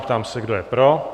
Ptám se, kdo je pro?